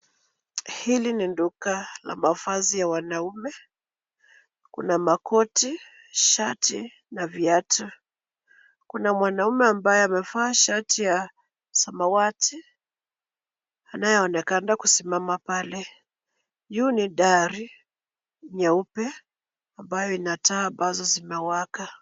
Hili ni duka la mavazi ya wanaume. Kuna makoti, shati na viatu. Kuna mwanaume ambaye amevaa shati ya samawati anayeonekana kusimama pale. Juu ni dari nyeupe ambayo ina taa ambazo zinawaka.